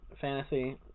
Fantasy